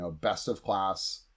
best-of-class